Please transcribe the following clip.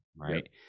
right